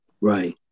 Right